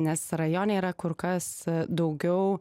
nes rajone yra kur kas daugiau